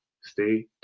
Stay